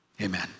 Amen